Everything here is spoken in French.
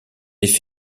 effet